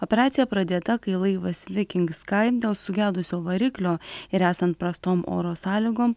operacija pradėta kai laivas viking skai dėl sugedusio variklio ir esant prastom oro sąlygom